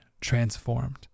transformed